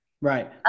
right